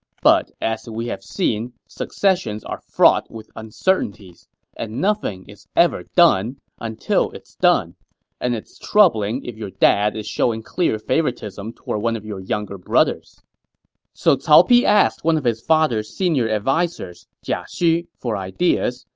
but as we have seen, successions are fraught with uncertainties and nothing is ever done until it's done and it's troubling if your dad is showing clear favoritism toward one of your younger brothers so cao pi asked one of his father's senior advisers, jia xu, for ideas,